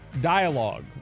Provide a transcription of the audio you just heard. dialogue